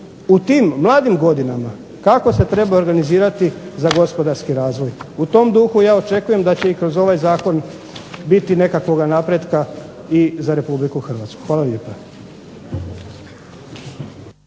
u tim mladim godinama kako se trebaju organizirati za gospodarski razvoj. U tom duhu ja očekujem da će i kroz ovaj zakon biti nekakvoga napretka i za Republiku Hrvatsku. Hvala lijepa.